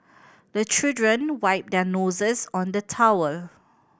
the children wipe their noses on the towel